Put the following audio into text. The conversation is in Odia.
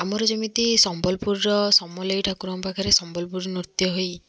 ଆମର ଯେମିତି ସମ୍ବଲପୁରର ସମଲେଇ ଠାକୁରଙ୍କ ପାଖରେ ସମ୍ବଲପୁରୀ ନୃତ୍ୟ ହେଇ